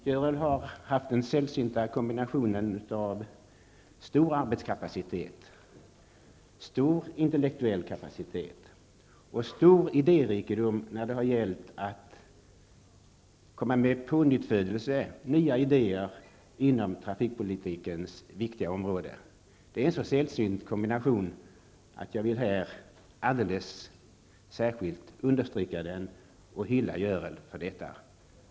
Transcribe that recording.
Görel har haft den sällsynta kombinationen av stor arbetskapacitet, stor intellektuell kapacitet och stor idérikedom när det har gällt pånyttfödelse och att komma med nya idéer inom trafikpolitikens viktiga område. Det är en så sällsynt kombination att jag här vill understryka den alldeles särskilt och hylla Görel för detta.